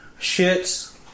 shits